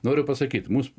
noriu pasakyt mums